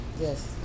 Yes